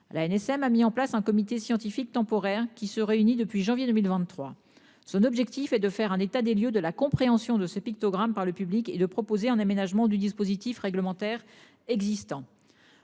L'ANSM a mis en place un comité scientifique temporaire qui se réunit depuis janvier 2023. Son objectif est de faire un état des lieux de la compréhension de ce pictogramme par le public et de proposer un aménagement du dispositif réglementaire existant.